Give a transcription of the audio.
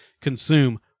consume